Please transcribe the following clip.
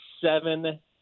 seven